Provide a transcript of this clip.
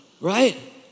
Right